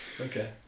Okay